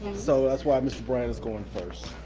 so that's why mr. bryant is going first.